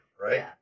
right